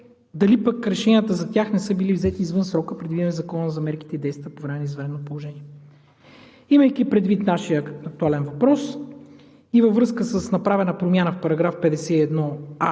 Дали пък решенията за тях не са били взети извън срока, предвиден в Закона за мерките и действията при извънредно положение? Имайки предвид нашия актуален въпрос и във връзка с направена промяна в § 51а